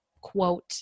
quote